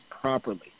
properly